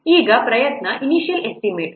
ಈಗ ಪ್ರಯತ್ನದ initial estimate 32